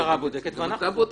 המשטרה בודקת ואנחנו -- אתה בודק?